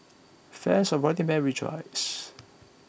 fans of Running Man rejoice